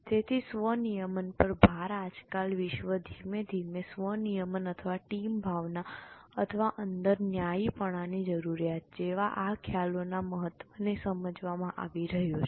તેથી સ્વ નિયમન પર ભાર આજકાલ વિશ્વ ધીમે ધીમે સ્વ નિયમન અથવા ટીમ ભાવના અથવા અંદર ન્યાયીપણાની જરૂરિયાત જેવા આ ખ્યાલોના મહત્વને સમજવામાં આવી રહ્યું છે